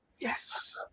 Yes